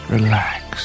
Relax